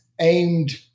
aimed